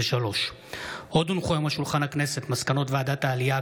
התשפ"ד 2023. מסקנות ועדת העלייה,